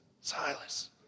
Silas